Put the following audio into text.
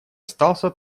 остался